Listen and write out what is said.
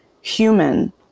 human